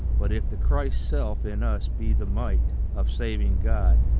but if the christ-self in us be the might of saving god,